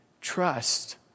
Trust